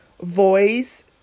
voice